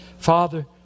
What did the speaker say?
Father